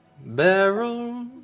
Barrel